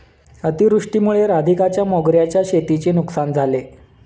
अतिवृष्टीमुळे राधिकाच्या मोगऱ्याच्या शेतीची नुकसान झाले